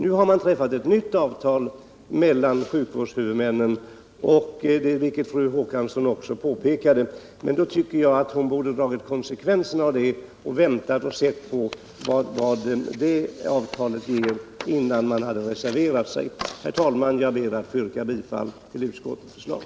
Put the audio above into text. Nu har man träffat ett nytt avtal mellan sjukvårdshuvudmännen som ger bättre möjligheter än det gamla, vilket fru Håkansson också påpekade, men då borde hon ha dragit konsekvenserna av det och väntat för att se vad avtalet ger innan hon reserverade sig. Herr talman! Jag ber att få yrka bifall till utskottets förslag.